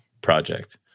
project